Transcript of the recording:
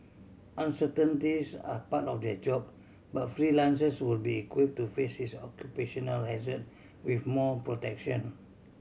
uncertainties are part of their job but will be equip to face this occupational hazard with more protection